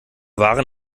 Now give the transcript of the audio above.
waren